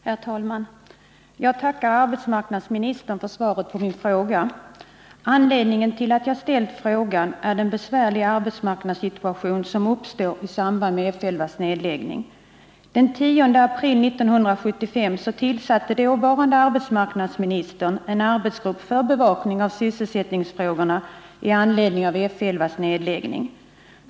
Herr talman! Jag tackar arbetsmarknadsministern för svaret på min fråga. Anledningen till att jag ställt frågan är den besvärliga arbetsmarknadssituation som uppstår i samband med F 11:s nedläggning. Den 10 april 1975 tillsatte dåvarande arbetsmarknadsministern en arbetsgrupp för bevakning av sysselsättningsfrågorna med anledning av F 11:s nedläggning.